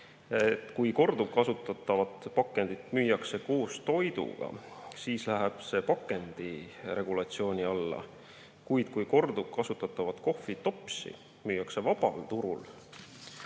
kui korduvkasutatavat pakendit müüakse koos toiduga, siis läheb see pakendiregulatsiooni alla, aga kui korduvkasutatavat kohvitopsi müüakse vabal turul,